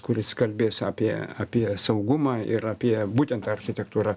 kuris kalbės apie apie saugumą ir apie būtent ta architektūra